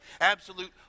absolute